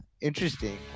interesting